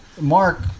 Mark